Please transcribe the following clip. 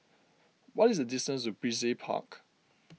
what is the distance to Brizay Park